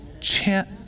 chant